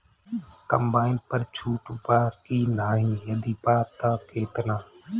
Combine पर छूट बा की नाहीं यदि बा त केतना?